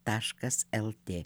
taškas lt